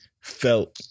Felt